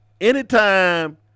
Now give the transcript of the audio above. Anytime